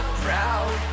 proud